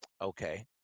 Okay